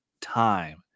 time